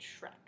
Shrek